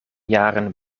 jaren